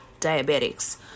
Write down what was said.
diabetics